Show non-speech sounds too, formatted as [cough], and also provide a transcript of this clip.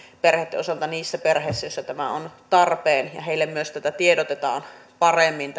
perheitten osalta niissä perheissä joissa tämä on tarpeen ja heille myös tiedotetaan paremmin [unintelligible]